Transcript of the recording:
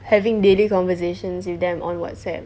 having daily conversations with them on Whatsapp